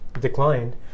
declined